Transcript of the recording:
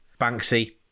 Banksy